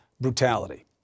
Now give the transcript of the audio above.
brutality